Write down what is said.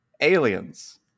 Aliens